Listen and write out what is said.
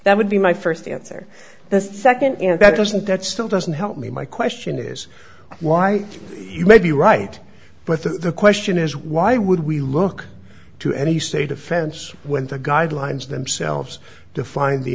that would be my st answer the nd that doesn't that still doesn't help me my question is why you may be right but the question is why would we look to any state offense when the guidelines themselves defined the